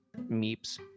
meeps